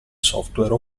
software